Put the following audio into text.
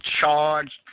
charged